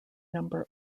number